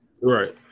Right